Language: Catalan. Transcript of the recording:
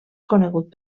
conegut